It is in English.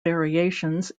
variations